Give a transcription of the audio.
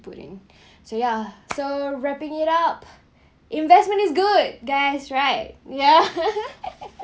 put in so ya so wrapping it up investment is good guys right ya